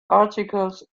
articles